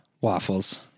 Waffles